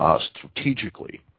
strategically